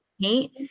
paint